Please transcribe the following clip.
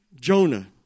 Jonah